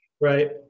right